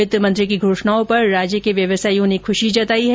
वित्त मंत्री की घोषणाओं पर राज्य के व्यवसाईयों ने ख्शी जताई है